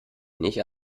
nicht